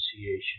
association